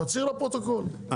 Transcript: תצהיר לפרוטוקול,